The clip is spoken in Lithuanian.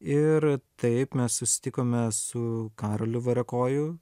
ir taip mes susitikome su karoliu variakoju